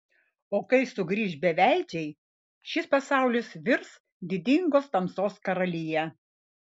o kai sugrįš beveidžiai šis pasaulis virs didingos tamsos karalija